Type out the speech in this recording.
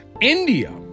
India